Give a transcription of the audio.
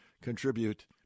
contribute